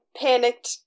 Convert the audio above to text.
panicked